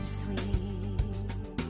sweet